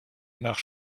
nach